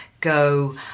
go